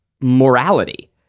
morality